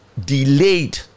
delayed